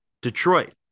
Detroit